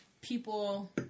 people